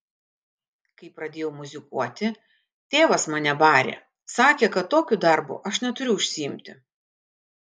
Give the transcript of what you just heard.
kai pradėjau muzikuoti tėvas mane barė sakė kad tokiu darbu aš neturiu užsiimti